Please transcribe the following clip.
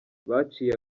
baciye